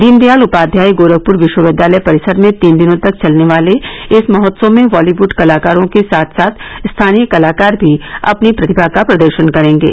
दीनदयाल उपाध्याय गोरखपुर विश्वविद्यालय परिसर में तीन दिनों तक चलने वाले इस महोत्सव में बॉलीवुड कलाकारों के साथ साथ स्थानीय कलाकार भी अपनी प्रतिभा का प्रदर्शन करेंगे